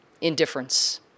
indifference